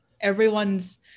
everyone's